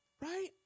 right